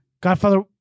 Godfather